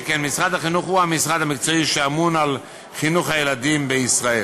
שכן משרד החינוך הוא המשרד המקצועי האמון על חינוך הילדים בישראל.